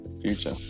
future